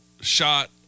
shot